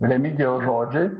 remigijaus žodžiai